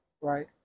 right